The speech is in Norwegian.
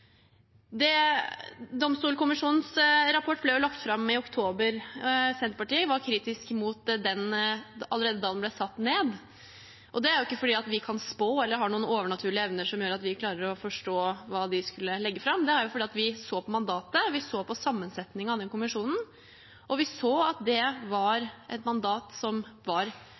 struktur. Domstolkommisjonens rapport ble lagt fram i oktober. Senterpartiet var kritisk allerede da kommisjonen ble satt ned, og det er ikke fordi vi kan spå eller har noen overnaturlige evner som gjør at vi klarte å forstå hva de skulle legge fram. Det er fordi vi så på mandatet og på sammensetningen av kommisjonen. Vi så at det var et mandat som la opp til sentralisering, og vi så at det var